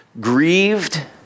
grieved